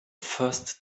first